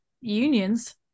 union's